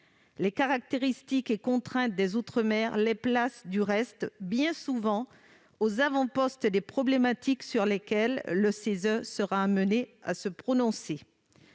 Les caractéristiques et contraintes des outre-mer les placent du reste bien souvent aux avant-postes des problématiques sur lesquelles le CESE sera amené à se prononcer.